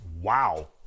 Wow